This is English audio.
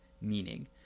meaning